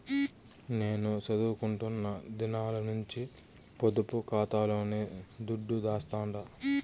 నేను సదువుకుంటున్న దినాల నుంచి పొదుపు కాతాలోనే దుడ్డు దాస్తండా